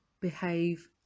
behave